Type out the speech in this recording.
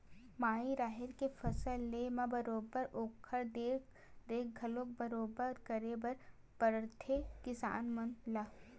माई राहेर के फसल लेय म बरोबर ओखर देख रेख घलोक बरोबर करे बर परथे किसान मन ला